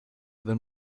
than